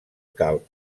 calb